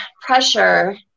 pressure